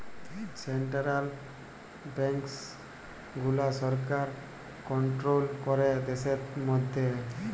central banks গুলা সরকার control ক্যরে দ্যাশের ম্যধে